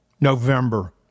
November